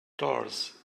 doors